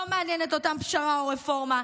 לא מעניינות אותם פשרה או רפורמה.